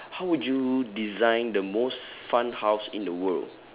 how would you design the most fun house in the world